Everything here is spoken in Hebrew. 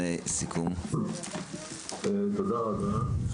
תודה רבה.